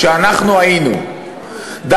ואנחנו היינו מיעוט,